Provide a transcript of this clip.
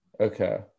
Okay